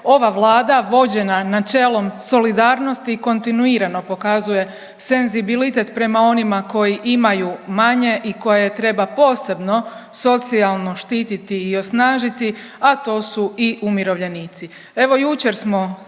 Ova Vlada vođena načelom solidarnosti i kontinuirano pokazuje senzibilitet prema onima koji imaju manje i koje treba posebno socijalno štititi i osnažiti, a to su i umirovljenici.